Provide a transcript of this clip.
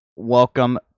Welcome